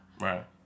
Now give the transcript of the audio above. Right